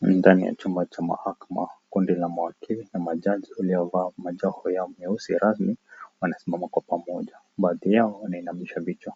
Ndani ya chumba cha mahakama kundi la mawakili na majaji waliovaa majoho yao meusi rasmi wanasimama kwa pamoja baadhi yao wameinamisha vichwa